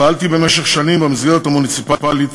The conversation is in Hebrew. פעלתי במשך שנים במסגרת המוניציפלית